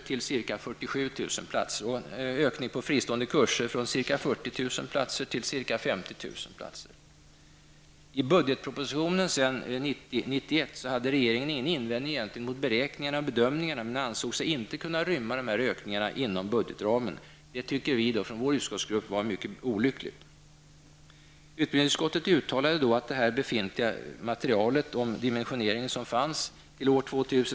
UHÄ hade alltså ingen anledning att ta upp den. I budgetpropositionen för 1990/91 hade regeringen ingen invändning gentemot beräkningarna och bedömningarna, men man ansåg sig inte kunna rymma dessa ökningar inom budgetramen. Vi menar i vår utskottsgrupp att detta var mycket olyckligt.